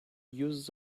uses